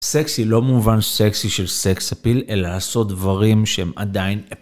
סקסי לא מובן סקסי של סקסאפיל, אלא לעשות דברים שהם עדיין